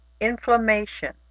inflammation